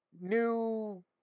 new